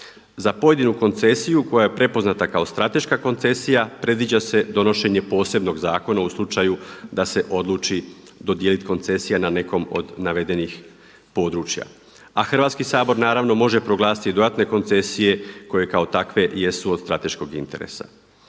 Za pojedinu koncesiju koja je prepoznata kao strateška koncesija predviđa se donošenje posebnog zakona u slučaju da se odluči dodijelit koncesija na nekom od navedenih područja, a Hrvatski sabor naravno može proglasiti i dodatne koncesije koje kao takve jesu od strateškog interesa.